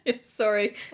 Sorry